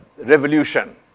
revolution